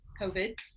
covid